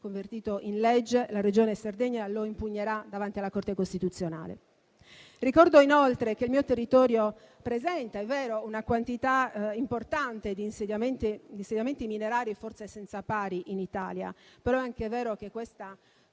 convertito in legge, la Regione Sardegna lo impugnerà davanti alla Corte costituzionale. Ricordo inoltre che il mio territorio presenta - è vero - una quantità importante di insediamenti minerari, forse senza pari in Italia; però è anche vero che questa